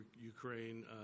Ukraine